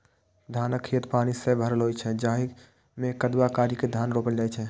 धानक खेत पानि सं भरल होइ छै, जाहि मे कदबा करि के धान रोपल जाइ छै